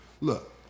Look